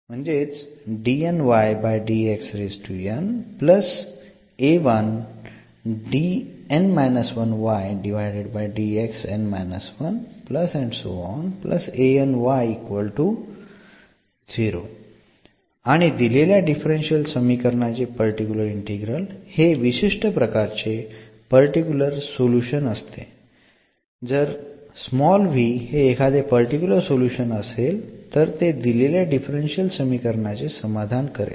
आणि दिलेल्या डिफरन्शियल समीकरणाचे पर्टिक्युलर इंटीग्रल हे विशिष्ट प्रकारचे पर्टिक्युलर सोल्युशन असते जर हे एखादे पर्टिक्युलर सोल्युशन असेल तर ते दिलेल्या डिफरन्शियल समीकरणाचे समाधान करेल